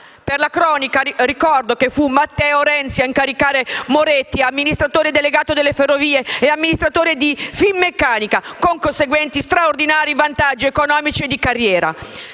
Per la cronaca, ricordo che fu Matteo Renzi a incaricare Moretti, da amministratore delegato delle Ferrovie a amministratore delegato di Finmeccanica, con conseguenti straordinari vantaggi economici e di carriera.